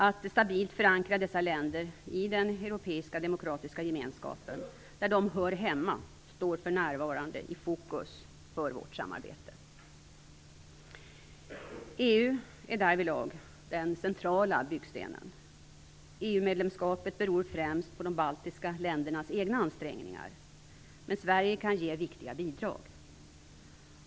Att stabilt förankra dessa länder i den europeiska demokratiska gemenskapen, där de hör hemma, står för närvarande i fokus för vårt samarbete. EU är därvidlag den centrala byggstenen. EU medlemskapet beror främst på de baltiska ländernas egna ansträngningar, men Sverige kan ge viktiga bidrag.